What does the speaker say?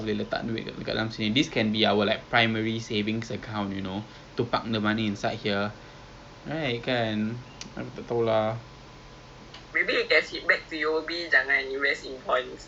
for the idea of islamic finance because technically um you are being you are being very ethical with your investing and also macam in terms of risks right you are not passing so much risk towards their consumer so